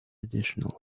additional